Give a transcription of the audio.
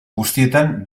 guztietan